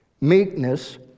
meekness